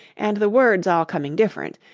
and the words all coming different,